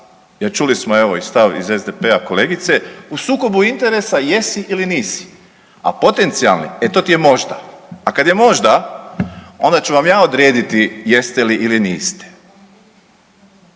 jel čuli smo evo i stav iz SDP-a kolegice u sukobu interesa jesi ili nisi, a potencionalni e to ti je možda, a kad je možda onda ću vam ja odrediti jeste li ili niste.